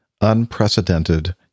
unprecedented